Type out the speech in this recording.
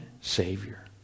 Savior